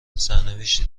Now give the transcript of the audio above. سرنوشتی